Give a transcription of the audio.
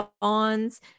bonds